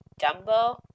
Dumbo